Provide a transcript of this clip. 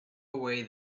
away